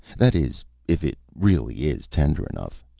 that is, if it really is tender enough.